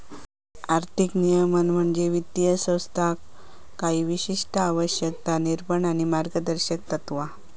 आर्थिक नियमन म्हणजे वित्तीय संस्थांका काही विशिष्ट आवश्यकता, निर्बंध आणि मार्गदर्शक तत्त्वा